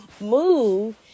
move